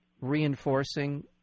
reinforcing